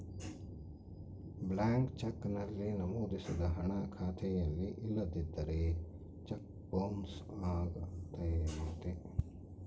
blank cheque ನಲ್ಲಿ ನಮೋದಿಸಿದ ಹಣ ಖಾತೆಯಲ್ಲಿ ಇಲ್ಲದಿದ್ದರೆ ಚೆಕ್ ಬೊನ್ಸ್ ಅಗತ್ಯತೆ